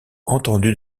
entendu